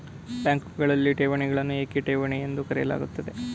ಬ್ಯಾಂಕುಗಳಲ್ಲಿನ ಠೇವಣಿಗಳನ್ನು ಏಕೆ ಠೇವಣಿ ಎಂದು ಕರೆಯಲಾಗುತ್ತದೆ?